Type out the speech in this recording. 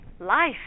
life